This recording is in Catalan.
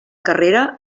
carrera